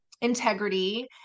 integrity